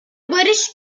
barış